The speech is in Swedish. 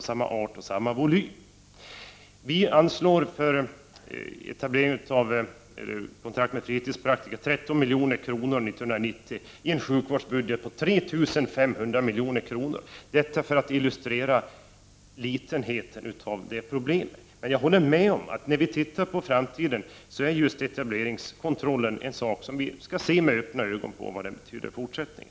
Vi centerpartister föreslår ett anslag för etablering av kontrakt med fritidspraktiker på 13 milj.kr. för år 1990 i en sjukvårdsbudget på 3 500 milj.kr. Detta illustrerar hur litet det problemet är. Men jag håller med om att när vi ser på framtiden är just etableringskontrollen något som vi måste se med öppna ögon på — se vad den betyder i fortsättningen.